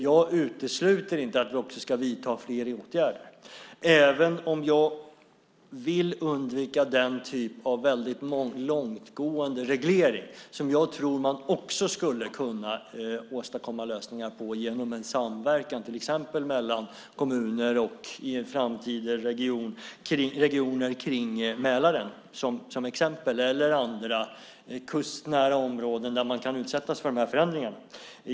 Jag utesluter inte att vi ska vidta fler åtgärder även om jag vill undvika den typ av väldigt långtgående regleringar genom vilka jag tror man också skulle kunna åstadkomma lösningar, via samverkan till exempel mellan kommuner och framtida regioner kring Mälaren, eller andra kustnära områden där man kan utsättas för dessa förändringar.